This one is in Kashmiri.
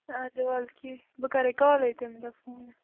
اَدٕ وَلہٕ کیٚنٛہہ بہٕ کَرے کالے تَمہِ دۄہ فون